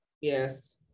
Yes